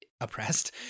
oppressed